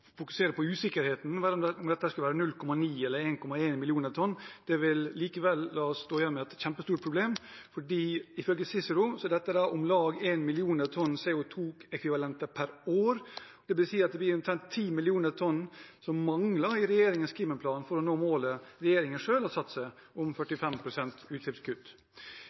fokusere på usikkerheten ved om dette skulle være 0,9 eller 1,1 millioner tonn. Det vil likevel la oss stå igjen med et kjempestort problem, for ifølge Cicero er dette om lag 1 million tonn CO 2 -ekvivalenter per år. Det vil si at vi har omtrent 10 millioner tonn som mangler i regjeringens klimaplan for å nå målet som regjeringen selv har satt seg, om 45 pst. utslippskutt.